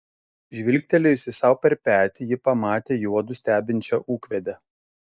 žvilgtelėjusi sau per petį ji pamatė juodu stebinčią ūkvedę